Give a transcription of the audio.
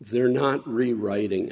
they're not rewriting